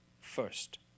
first